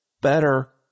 better